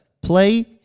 Play